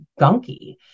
gunky